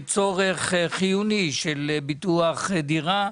והצורך החיוני בביטוח דירה.